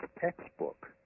textbook